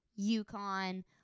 UConn